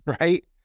right